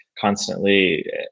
constantly